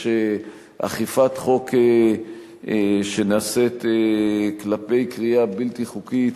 יש אכיפת חוק שנעשית כלפי כרייה בלתי חוקית